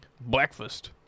Breakfast